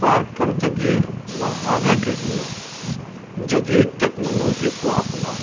کارکردگی بڑھانے کے لیے جدید ٹیکنالوجی کو اپنائیں